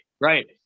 right